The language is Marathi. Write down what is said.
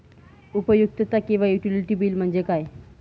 उपयुक्तता किंवा युटिलिटी बिल म्हणजे काय?